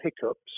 hiccups